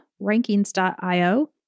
Rankings.io